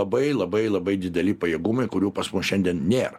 labai labai labai dideli pajėgumai kurių pas mus šiandien nėra